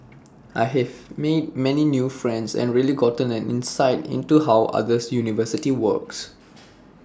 I've made many new friends and really gotten an insight into how another university works